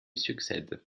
succède